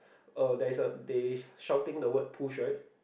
uh there's a they shouting the word push right